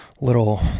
little